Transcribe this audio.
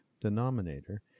denominator